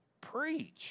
preach